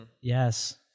Yes